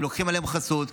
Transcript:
הם לוקחים עליהם חסות,